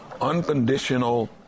Unconditional